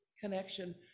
connection